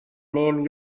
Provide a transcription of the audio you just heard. name